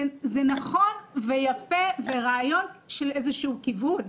זה נכון ויפה ורעיון של איזשהו כיוון,